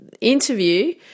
interview